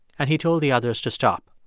and he told the others to stop.